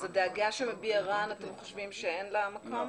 אז הדאגה שמביע רן, אתם חושבים שאין לה מקום?